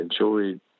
enjoyed